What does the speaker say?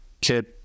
kid